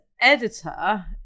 editor